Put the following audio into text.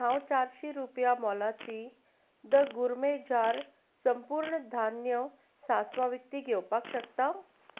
हांव चारशीं रुपया मोलाची द गुर्मे जार संपूर्ण धान्य सासवां विकती घेवपाक शकता